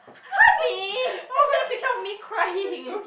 hug me take a picture of me crying